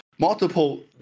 multiple